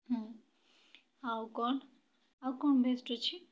ହୁଁ ଆଉ କଣ ଆଉ କଣ ବେଷ୍ଟ୍ ଅଛି